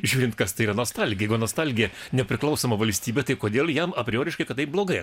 žiūrint kas tai yra nostalgija jeigu nostalgija nepriklausoma valstybė tai kodėl jam aprioriškai kad tai blogai